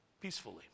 Peacefully